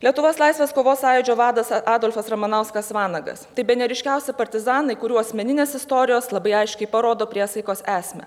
lietuvos laisvės kovos sąjūdžio vadas adolfas ramanauskas vanagas tai bene ryškiausi partizanai kurių asmeninės istorijos labai aiškiai parodo priesaikos esmę